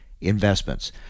Investments